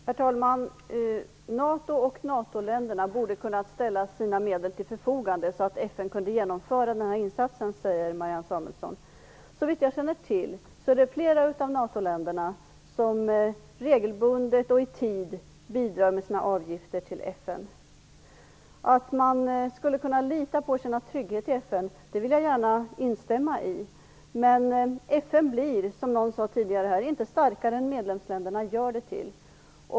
Herr talman! NATO och NATO-länderna borde kunnat ställa sina medel till förfogande, så att FN kunde genomföra denna insats, säger Marianne Samuelsson. Såvitt jag känner till är det flera av NATO länderna som regelbundet och i tid bidrar med sina avgifter till FN. Att man skulle kunna lita på och känna trygghet i FN vill jag gärna instämma i, men FN blir, som någon sade tidigare, inte starkare än medlemsländerna gör det till.